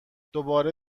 دوباره